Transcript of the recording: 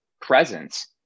presence